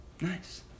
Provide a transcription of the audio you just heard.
Nice